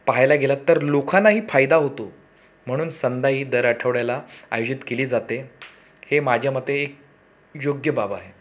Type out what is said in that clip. पाहायला गेलात तर लोकांनाही फायदा होतो म्हणून संदाई दर आठवड्याला आयोजित केली जाते हे माझ्या मते योग्य बाब आहे